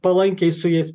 palankiai su jais